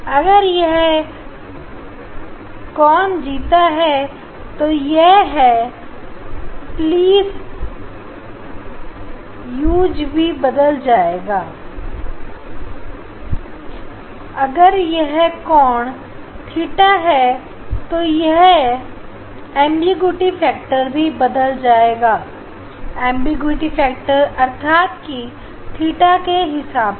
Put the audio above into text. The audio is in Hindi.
अगर यह कौन जीता है तो यह है प्लीज यूज भी बदल जाएगा ऑब्लिक्विटी फैक्टर अर्थात के थीटा के हिसाब से